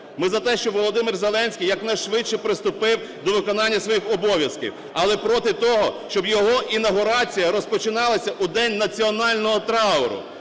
Ми за те, щоб Володимир Зеленський якнайшвидше приступив до виконання своїх обов'язків, але проти того, щоб його інавгурація розпочиналася у день національного трауру.